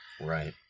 Right